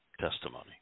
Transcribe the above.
testimony